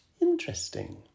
Interesting